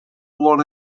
one